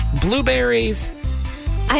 Blueberries